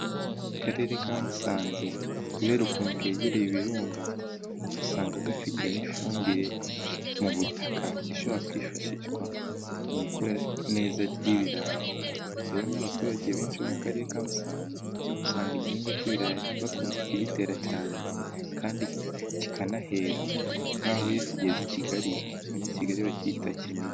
Akarere ka Musanze kubera ukuntu kegereye ibirunga usanga gafitemo ifumbire mu butaka, ishobora kwifashishwa mu ikura neza ry'ibirayi. Rero n'abaturage benshi bo mu karere ka Musanze usanga igihingwa k'ibirayi bakunze kugitera cyane kandi kikanahera, nk'aho iyo kigeze i Kigali abanyakigali bakita kinigi.